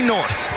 North